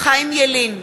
חיים ילין,